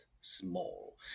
small